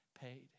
paid